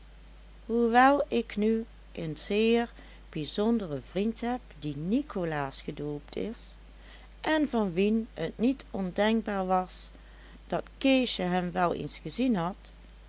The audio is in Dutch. hoewel ik nu een zeer bijzonderen vriend heb die nicolaas gedoopt is en van wien t niet ondenkbaar was dat keesje hem wel eens gezien had